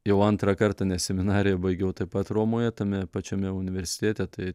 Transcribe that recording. jau antrą kartą nes seminariją baigiau taip pat romoje tame pačiame universitėte taip